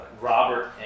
Robert